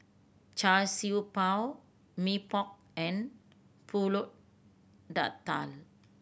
Char Siew Bao Mee Pok and Pulut Tatal